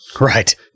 Right